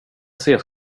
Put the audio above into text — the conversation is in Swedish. ses